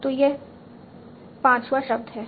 तो यह 5 वाँ शब्द है